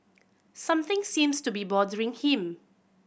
something seems to be bothering him